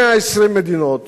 120 מדינות,